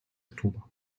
oktober